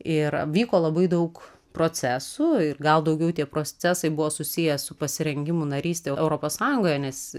ir vyko labai daug procesų ir gal daugiau tie procesai buvo susiję su pasirengimu narystei europos sąjungoje nes